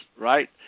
right